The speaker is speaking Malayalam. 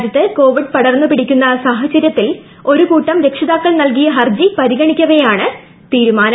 രാജ്യത്ത് കോർപ്പൂഡ് പടർന്നു പിടിക്കുന്ന സാഹചര്യത്തിൽ ഒരുകൂട്ടം രക്ഷിത്രിക്ക്ൾ നൽകിയ ഹർജി പരിഗണിക്കവേയാണ്തീരുമാനം